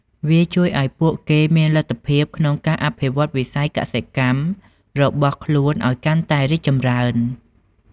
វាជួយឱ្យពួកគេមានលទ្ធភាពក្នុងការអភិវឌ្ឍន៍វិស័យកសិកម្មរបស់ខ្លួនឱ្យកាន់តែរីកចម្រើន។